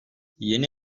yeni